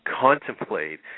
contemplate